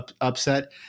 upset